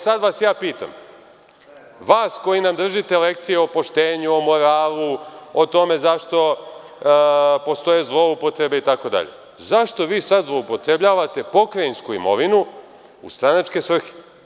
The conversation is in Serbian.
Sada vas pitam, vas koji nam držite lekcije o poštenju, moralu, o tome zašto postoje zloupotrebe itd. zašto vi sada zloupotrebljavate pokrajinsku imovinu u stranačke svrhe?